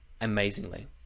amazingly